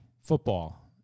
football